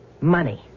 Money